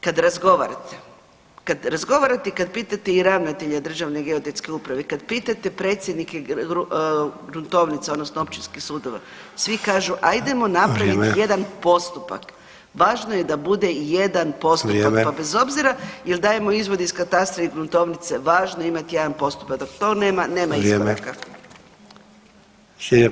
Kad razgovarate, kad razgovarate i kad pitate i ravnatelja Državne geodetske uprave i kad pitate predsjednike gruntovnica odnosno općinskih sudova, svi kažu ajdemo napraviti jedan postupak [[Upadica: Vrijeme.]] važno je da bude jedan postupak [[Upadica: Vrijeme.]] pa bez obzira jel dajemo izvod iz katastra i gruntovnice, važno je imati jedan postupak, dok tog nema [[Upadica: Vrijeme.]] nema iskoraka.